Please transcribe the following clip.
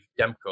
Demko